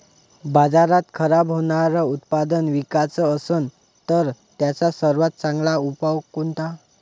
बाजारात खराब होनारं उत्पादन विकाच असन तर त्याचा सर्वात चांगला उपाव कोनता?